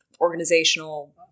organizational